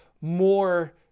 more